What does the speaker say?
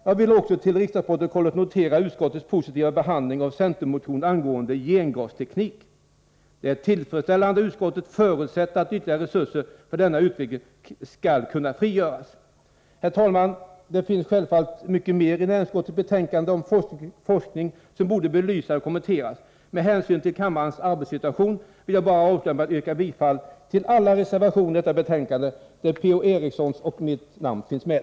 Jag vill också till riksdagsprotokollet notera utskottets positiva behandling gengastekniken. Det är tillfredsställande att utskottet förutsätter att ytterligare resurser för denna utveckling skall kunna frigöras. Herr talman! Det finns självfallet mycket mer i näringsutskottets betänkande om forskning som borde belysas och kommenteras. Men med hänsyn till kammarens arbetssituation skall jag avsluta detta anförande med att yrka bifall till alla reservationer i detta betänkande där P.-O. Erikssons och mitt namn finns med.